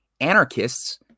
anarchists